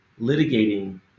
litigating